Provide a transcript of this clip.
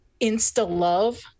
insta-love